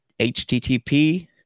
HTTP